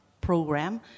program